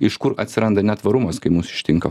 iš kur atsiranda netvarumas kai mus ištinka